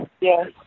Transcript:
Yes